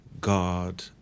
god